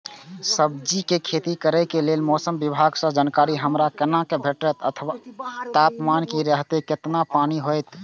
सब्जीके खेती करे के लेल मौसम विभाग सँ जानकारी हमरा केना भेटैत अथवा तापमान की रहैत केतना पानी होयत?